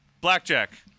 Blackjack